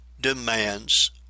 demands